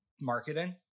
marketing